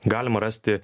galima rasti